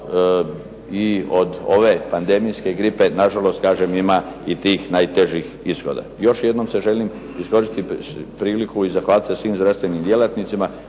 i od ove pandemijske gripe, nažalost kažem ima i tih najtežih ishoda. Još jednom želim iskoristiti priliku i zahvaliti se svim zdravstvenim djelatnicima